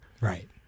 Right